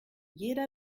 jeder